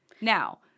Now